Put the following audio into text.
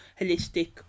Holistic